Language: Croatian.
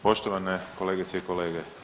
Poštovane kolegice i kolege.